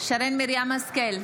שרן מרים השכל,